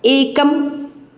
एकम्